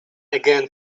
again